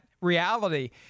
reality